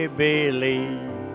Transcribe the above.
believe